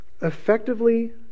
Effectively